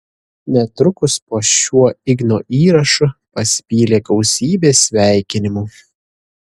netrukus po šiuo igno įrašu pasipylė gausybė sveikinimų